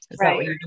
right